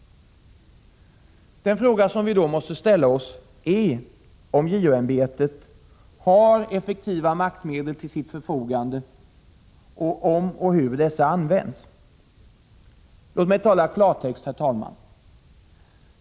Den fråga som vi då måste ställa oss är om JO-ämbetet har effektiva maktmedel till sitt förfogande och om och hur dessa används. Låt mig tala klartext, herr talman.